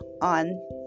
on